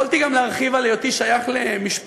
יכולתי להרחיב גם על היותי שייך למשפחה,